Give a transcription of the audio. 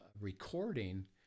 recording